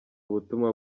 ubutumwa